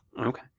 Okay